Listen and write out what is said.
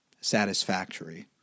satisfactory